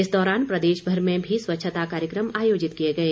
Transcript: इस दौरान प्रदेशभर में भी स्वच्छता कार्यक्रम आयोजित किए गए